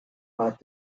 pas